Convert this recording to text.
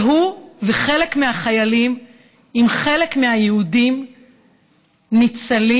והוא וחלק מהחיילים עם חלק מהיהודים ניצלים.